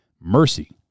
Mercy